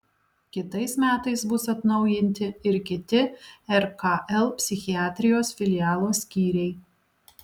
kitais metais bus atnaujinti ir kiti rkl psichiatrijos filialo skyriai